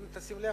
אם תשיב לב,